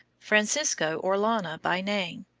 francisco orellana by name.